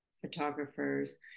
photographers